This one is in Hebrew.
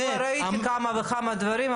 אני כבר ראיתי כמה וכמה דברים,